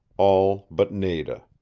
all but nada.